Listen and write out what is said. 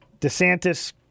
DeSantis